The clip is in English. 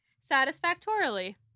Satisfactorily